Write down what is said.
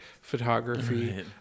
photography